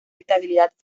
estabilidad